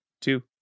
two